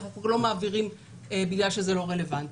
אנחנו לא מעבירים בגלל שזה לא רלוונטי.